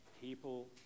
people